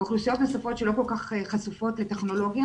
והאוכלוסיות מספרות שלא כל כך חשופות לטכנולוגיה.